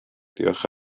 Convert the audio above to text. diolch